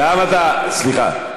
גם אתה סליחה.